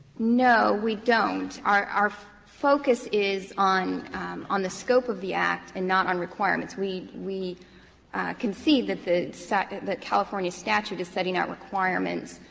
no, we don't. our our focus is on on the scope of the act and not on requirements. we we concede that the that california statute is setting out requirements,